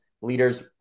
leaders